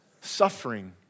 Suffering